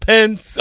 Pence